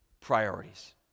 priorities